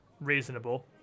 reasonable